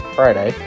Friday